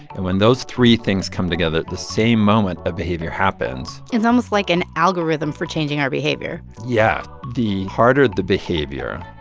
and when those three things come together at the same moment, a behavior happens it's almost like an algorithm for changing our behavior yeah. the harder the behavior,